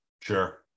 sure